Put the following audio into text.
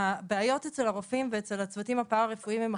הבעיות אצל הרופאים ואצל הצוותים הפרא-רפואיים הן אחרות.